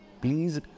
please